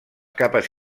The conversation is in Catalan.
capes